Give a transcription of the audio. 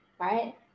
right